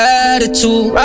attitude